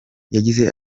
yagize